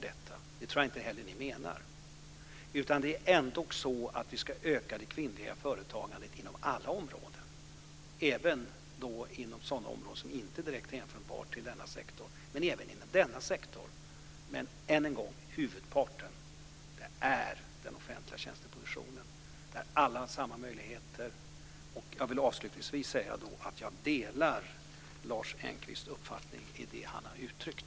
Det tror jag inte heller att ni menar. Vi ska ändå öka det kvinnliga företagandet inom alla områden, även inom sådana områden som inte direkt kan hänföras till denna sektor. Men vi ska även göra det inom denna sektor. Huvudparten är den offentliga tjänsteproduktionen där alla har samma möjligheter. Jag vill avslutningsvis säga att jag delar Lars Engqvists uppfattning i det han har uttryckt.